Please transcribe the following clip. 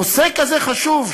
נושא כזה חשוב,